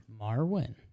Marwin